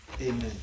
Amen